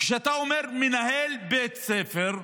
כשאתה אומר "מנהל בית ספר",